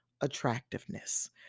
attractiveness